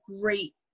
great